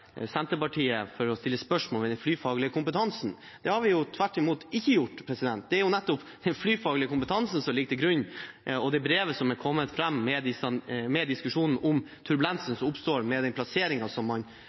Senterpartiet for å stille spørsmål ved den flyfaglige kompetansen. Tvert imot – det har vi ikke gjort. Det er nettopp den flyfaglige kompetansen som ligger til grunn, og det brevet som er kommet fram med diskusjon om turbulensen som oppstår med den plasseringen man har valgt, som